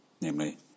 Namely